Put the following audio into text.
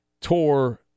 tour